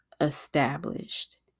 established